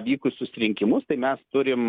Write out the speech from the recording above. vykusius rinkimus tai mes turim